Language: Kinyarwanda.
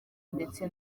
ndetse